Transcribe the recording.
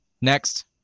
Next